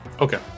Okay